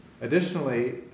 Additionally